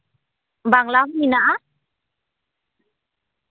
ᱵᱟᱝᱞᱟ ᱦᱚᱸ ᱢᱮᱱᱟᱜᱼᱟ